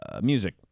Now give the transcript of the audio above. music